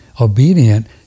obedient